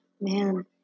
Man